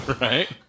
Right